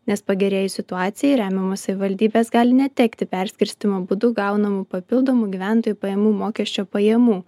nes pagerėjus situacijai remiamos savivaldybės gali netekti perskirstymo būdu gaunamų papildomų gyventojų pajamų mokesčio pajamų